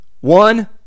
One